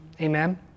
Amen